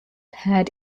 had